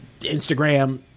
Instagram